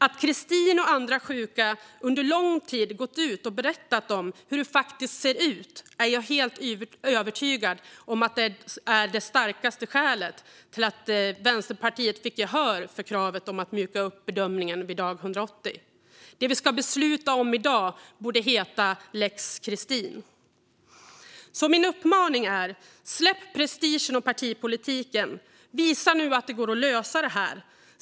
Att Christine och andra sjuka under lång tid har gått ut och berättat om hur det faktiskt ser ut är jag helt övertygad om är det starkaste skälet till att Vänsterpartiet fick gehör för kravet om att mjuka upp bedömningen vid dag 180. Det vi ska besluta om i dag borde heta lex Christine. Min uppmaning är: Släpp prestigen och partipolitiken! Visa nu att det går att lösa detta!